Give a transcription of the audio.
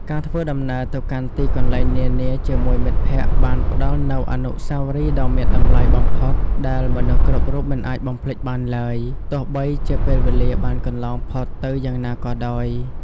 ការធ្វើដំណើរទៅកាន់ទីកន្លែងនានាជាមួយមិត្តភក្តិបានផ្តល់នូវអនុស្សាវរីយ៍ដ៏មានតម្លៃបំផុតដែលមនុស្សគ្រប់រូបមិនអាចបំភ្លេចបានឡើយ ទោះបីជាពេលវេលាបានកន្លងផុតទៅយ៉ាងណាក៏ដោយ។